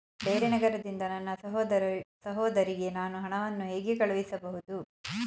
ಬೇರೆ ನಗರದಿಂದ ನನ್ನ ಸಹೋದರಿಗೆ ನಾನು ಹಣವನ್ನು ಹೇಗೆ ಕಳುಹಿಸಬಹುದು?